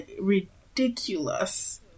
ridiculous